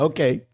Okay